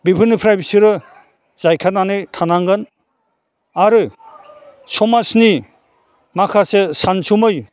बेफोरनिफ्राय बिसोरो जायखारनानै थानांगोन आरो समाजनि माखासे सानसुमै